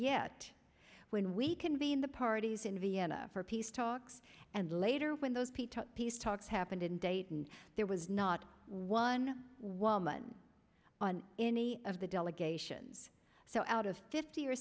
yet when we convene the parties in vienna for peace talks and later when those p talk peace talks happened in dayton there was not one woman on any of the delegations so out of fifty or